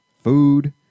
food